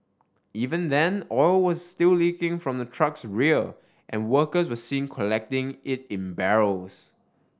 even then oil was still leaking from the truck's rear and workers were seen collecting it in barrels